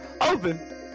open